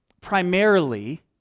primarily